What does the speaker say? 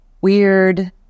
weird